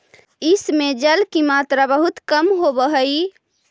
इस में जल की मात्रा बहुत कम होवअ हई